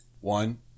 One